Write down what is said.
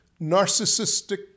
narcissistic